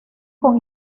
con